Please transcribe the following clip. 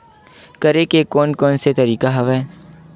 करे के कोन कोन से तरीका हवय?